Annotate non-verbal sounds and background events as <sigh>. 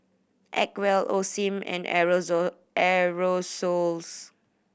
Acwell Osim and <unintelligible> Aerosoles